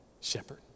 shepherd